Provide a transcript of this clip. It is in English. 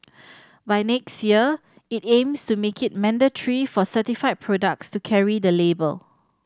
by next year it aims to make it mandatory for certified products to carry the label